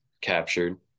captured